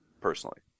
personally